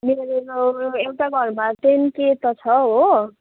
मेरो एउटा घरमा टेन पिएम त छ हो